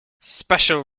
special